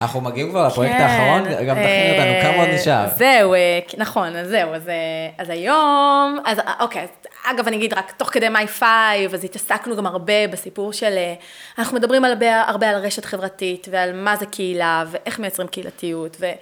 אנחנו מגיעים כבר לפרויקט האחרון, גם תכיני אותנו כמה עוד נשאר. זהו, נכון, זהו. אז היום, אז אוקיי. אגב, אני אגיד רק תוך כדי מייפייב, אז התעסקנו גם הרבה בסיפור של... אנחנו מדברים הרבה על רשת חברתית, ועל מה זה קהילה, ואיך מייצרים קהילתיות.